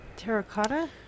Terracotta